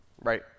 Right